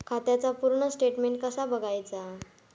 खात्याचा पूर्ण स्टेटमेट कसा बगायचा?